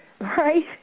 right